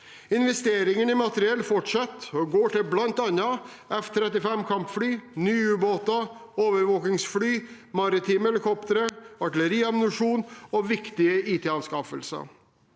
Investeringene i materiell fortsetter og går bl.a. til F-35-kampfly, nye ubåter, overvåkingsfly, maritime helikoptre, artilleriammunisjon og viktige IT-anskaffelser.